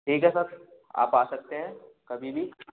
ठीक है सर आप आ सकते हैं कभी भी